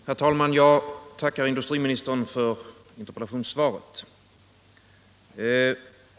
Herr talman! Jag tackar industriministern för interpellationssvaret.